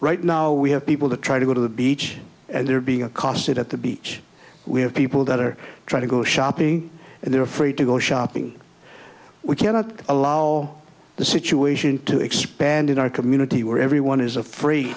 right now we have people to try to go to the beach and they're being accosted at the beach we have people that are trying to go shopping and they're free to go shopping we cannot allow the situation to expand in our community where everyone is a free